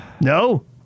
No